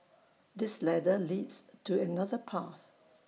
this ladder leads to another path